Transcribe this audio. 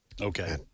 Okay